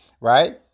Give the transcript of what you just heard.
right